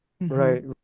Right